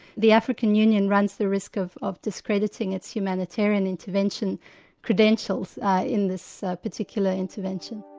the african union runs the risk of of discrediting its humanitarian intervention credentials in this particular intervention.